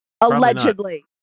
allegedly